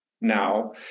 now